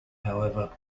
however